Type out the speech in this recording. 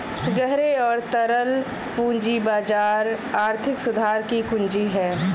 गहरे और तरल पूंजी बाजार आर्थिक सुधार की कुंजी हैं,